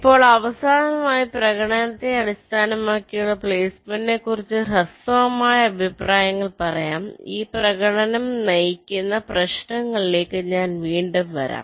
ഇപ്പോൾ അവസാനമായി പ്രകടനത്തെ അടിസ്ഥാനമാക്കിയുള്ള പ്ലെയ്സ്മെന്റിനെക്കുറിച്ച് കുറച്ച് ഹ്രസ്വമായ അഭിപ്രായങ്ങൾ പറയാം ഈ പ്രകടനം നയിക്കുന്ന പ്രശ്നങ്ങളിലേക്ക് ഞങ്ങൾ വീണ്ടും വരും